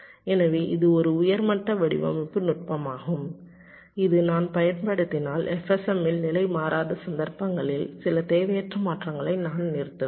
எனவே இது ஒரு உயர் மட்ட வடிவமைப்பு நுட்பமாகும் இது நான் பயன்படுத்தினால் FSM ல் நிலை மாறாத சந்தர்ப்பங்களில் சில தேவையற்ற மாற்றங்களை நான் நிறுத்துவேன்